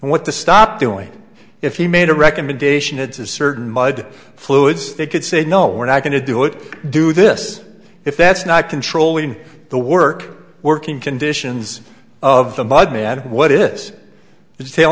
what the stop doing if he made a recommendation it is certain mud fluids they could say no we're not going to do it do this if that's not controlling the work working conditions of the mud man what is